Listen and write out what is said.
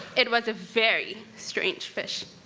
it was a very strange fish,